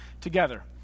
together